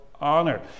honor